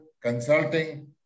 consulting